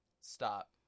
stop